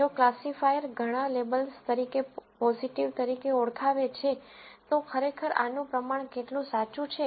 જો ક્લાસિફાયર ઘણા લેબલ્સ તરીકે પોઝીટિવ તરીકે ઓળખાવે છે તો ખરેખર આનું પ્રમાણ કેટલું સાચું છે